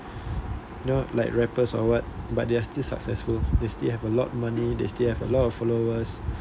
you know like rappers or what but they are still successful they still have a lot of money they still have a lot of followers